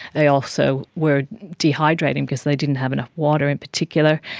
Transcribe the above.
they also were dehydrating because they didn't have enough water in particular.